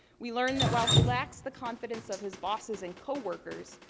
we learned that while he lacks the confidence of his bosses and co-workers,